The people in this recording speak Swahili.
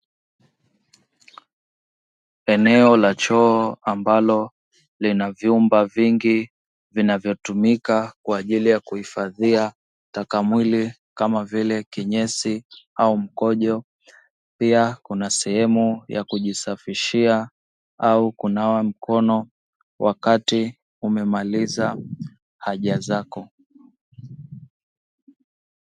Eneo la choo ambalo lina vyumba vingi, vinavyotumika kwa ajili kuhifadhia taka mwili kama vile kinyesi au mkojo, pia kuna sehemu ya kujisafishia au kunawa mkono wakati umemaliza haja zako.